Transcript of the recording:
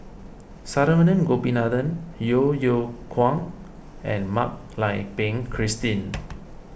Saravanan Gopinathan Yeo Yeow Kwang and Mak Lai Peng Christine